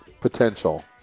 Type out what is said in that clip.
Potential